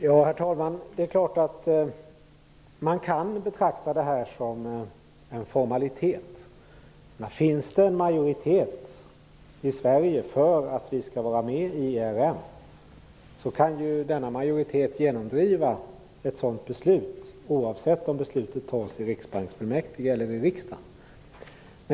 Herr talman! Det är klart att man kan betrakta det här som en formalitet. Finns det en majoritet i Sverige för att vi skall vara med i ERM, kan ju denna majoritet genomdriva ett sådant beslut - oavsett om beslutet fattas i riksbanksfullmäktige eller i riksdagen.